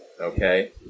okay